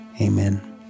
Amen